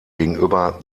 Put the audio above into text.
gegenüber